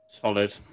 Solid